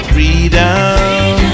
Freedom